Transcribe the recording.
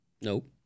Nope